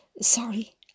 Sorry